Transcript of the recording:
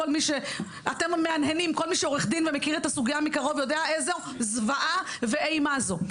כל מי שעורך דין ומכיר את הסוגייה מקרוב יודע איזו זוועה ואימה זו.